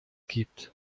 gibt